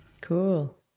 Cool